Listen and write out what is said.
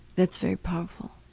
that's very powerful.